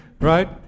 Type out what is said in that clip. right